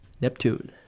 Neptune